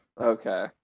Okay